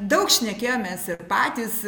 daug šnekėjomės ir patys